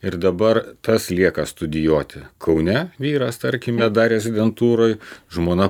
ir dabar tas lieka studijuoti kaune vyras tarkime dar rezidentūroj žmona